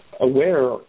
aware